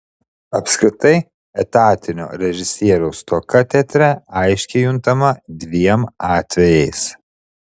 apskritai etatinio režisieriaus stoka teatre aiškiai juntama dviem atvejais